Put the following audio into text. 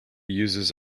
uses